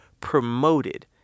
promoted